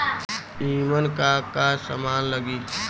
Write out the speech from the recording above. ईमन का का समान लगी?